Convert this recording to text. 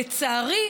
לצערי,